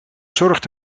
zorgt